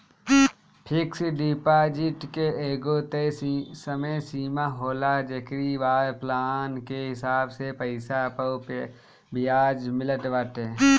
fix deposit के एगो तय समय सीमा होला जेकरी बाद प्लान के हिसाब से पईसा पअ बियाज मिलत बाटे